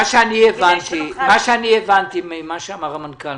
מה שאני הבנתי ממה שאמר המנכ"ל,